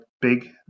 big